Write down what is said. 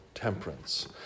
temperance